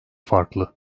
farklı